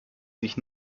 sich